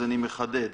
אני מחדד: